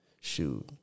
shoot